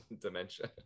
dementia